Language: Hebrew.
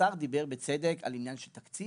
האוצר דיבר בצדק על עניין של תקציב.